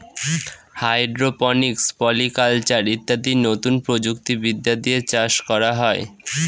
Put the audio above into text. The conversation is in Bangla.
হাইড্রোপনিক্স, পলি কালচার ইত্যাদি নতুন প্রযুক্তি বিদ্যা দিয়ে চাষ করা হয়